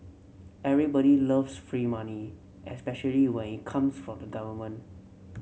everybody loves free money especially when it comes from the government